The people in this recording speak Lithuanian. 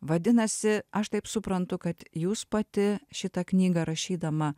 vadinasi aš taip suprantu kad jūs pati šitą knygą rašydama